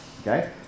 Okay